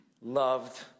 loved